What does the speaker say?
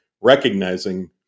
recognizing